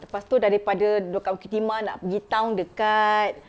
lepas tu daripada dekat bukit timah nak pergi town dekat